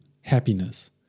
Happiness